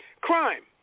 crime